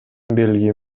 белги